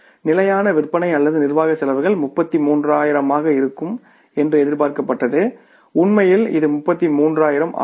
நிலையான விற்பனை அல்லது நிர்வாக செலவுகள் 33000 ஆக இருக்கும் என்று எதிர்பார்க்கப்பட்டது உண்மையில் இது 33000 ஆகும்